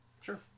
Sure